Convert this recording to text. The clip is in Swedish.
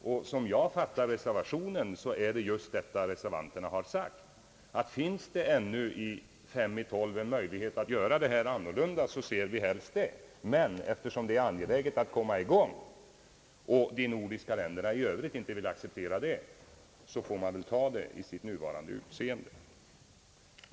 Såvitt jag har fattat reservationen rätt, har reservanterna där sagt att om det ännu fem minuter i tolv finns en möjlighet att göra det hela annorlunda, ser vi helst att så sker. Men eftersom det är angeläget att detta institut kommer i gång får vi om de nordiska länderna i övrigt inte vill acceptera vad vi föreslagit, ta förslaget med dess nuva rande utseende.